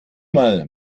mal